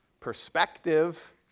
perspective